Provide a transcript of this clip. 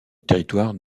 territoire